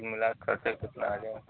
मिलाके खर्चे कितना आजाएगा